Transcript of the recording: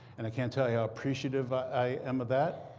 and i can't tell you how appreciative i am of that.